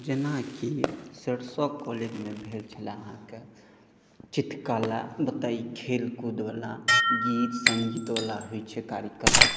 जेनाकि सरिसव कॉलेजमे भेल छला अहाँकेँ चित्रकला बताइ खेल कूद बला गीत सङ्गीत बला होइत छै कार्यक्रम